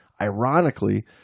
Ironically